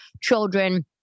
children